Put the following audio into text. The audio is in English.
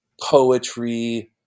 poetry